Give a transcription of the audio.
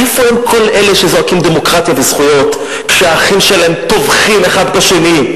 איפה הם כל אלה שזועקים דמוקרטיה וזכויות כשהאחים שלהם טובחים אחד בשני,